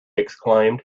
exclaimed